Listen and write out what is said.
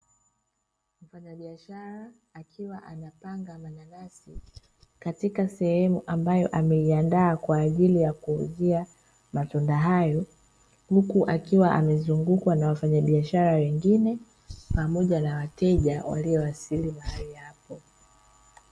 Mfanyabiashara, akiwa anapanga mananasi katika sehemu ambayo ameiandaa kwa ajili ya kuuzia matunda hayo, huku akiwa amezungukwa na wafanyabiashara wengine, pamoja na wateja waliowasili mahali hapo.